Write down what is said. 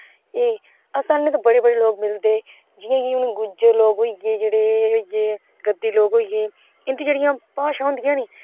एह् सानू ते बडे़ बडे़ लोक मिलदे जियां जियां हून गुजर लोक होई गये जेहडे़ एह् गद्दी लोक होई गे इंन्दी जेहडियां भाशा होदियां नी